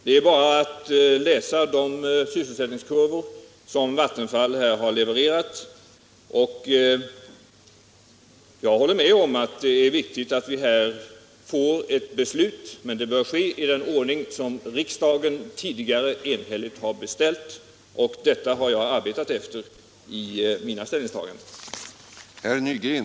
Det är bara att läsa de sysselsättningskurvor som Vattenfall har levererat. Jag håller med om att det är viktigt att vi här får ett beslut, men det bör fattas i den ordning som riksdagen tidigare enhälligt har fastställt. Detta har jag arbetat efter i mina ställningstaganden.